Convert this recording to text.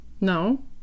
No